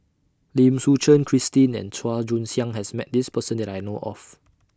Lim Suchen Christine and Chua Joon Siang has Met This Person that I know of